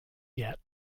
yet